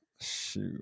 shoot